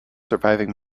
surviving